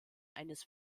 eines